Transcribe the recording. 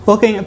Okay